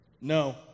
No